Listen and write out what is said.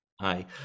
Hi